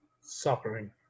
suffering